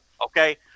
Okay